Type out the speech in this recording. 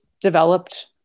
developed